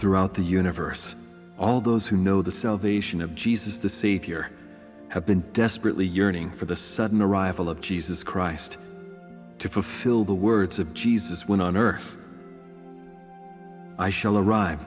throughout the universe all those who know the salvation of jesus to see if your have been desperately yearning for the sudden arrival of jesus christ to fulfill the words of jesus when on earth i shall arrive